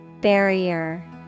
Barrier